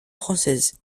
française